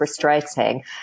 frustrating